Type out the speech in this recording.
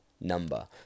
number